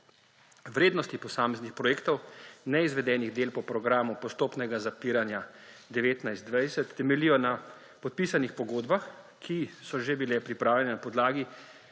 Vrednosti posameznih projektov, neizvedenih del po programu postopnega zapiranja 2019–2020 temeljijo na podpisanih pogodbah, ki so že bile pripravljene na podlagi